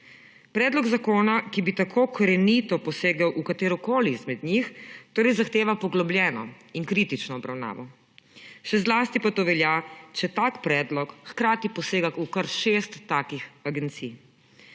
Predlog zakona, ki bi tako korenito posegel v katerokoli izmed njih, torej zahteva poglobljeno in kritično obravnavo, še zlasti pa to velja, če tak predlog hkrati posega v kar šest takih agencij.